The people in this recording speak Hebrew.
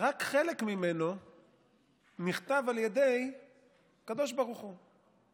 רק חלק ממנו נכתב על ידי הקדוש ברוך הוא.